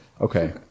okay